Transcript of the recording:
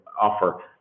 offer